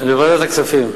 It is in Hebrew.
לוועדת הכספים.